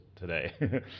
today